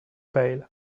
pale